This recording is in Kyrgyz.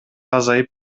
азайып